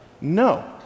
No